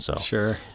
Sure